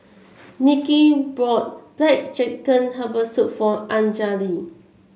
Nicky brought black chicken Herbal Soup for Anjali